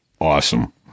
Awesome